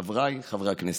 חבריי חברי הכנסת,